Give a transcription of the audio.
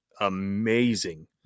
amazing